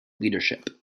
leadership